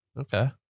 Okay